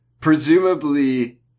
Presumably